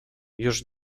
już